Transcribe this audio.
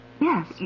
Yes